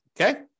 Okay